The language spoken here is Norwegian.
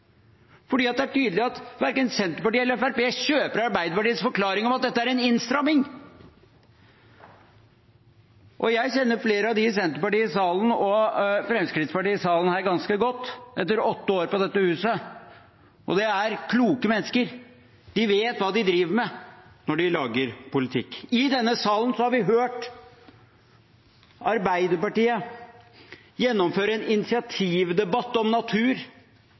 det er tydelig at verken Senterpartiet eller Fremskrittspartiet kjøper Arbeiderpartiets forklaring om at dette er en innstramming. Jeg kjenner flere fra Senterpartiet og Fremskrittspartiet i salen her ganske godt etter åtte år på dette huset, og det er kloke mennesker. De vet hva de driver med når de lager politikk. I denne salen har vi hørt Arbeiderpartiet gjennomføre en initiativdebatt om natur.